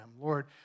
Lord